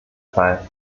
fall